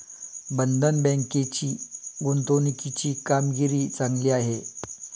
बंधन बँकेची गुंतवणुकीची कामगिरी चांगली आहे